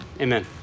amen